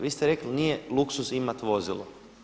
Vi ste rekli nije luksuz imati vozilo.